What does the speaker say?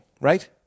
right